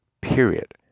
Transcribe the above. period